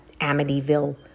Amityville